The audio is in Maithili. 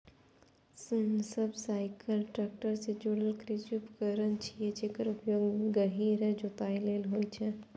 सबसॉइलर टैक्टर सं जुड़ल कृषि उपकरण छियै, जेकर उपयोग गहींर जोताइ लेल होइ छै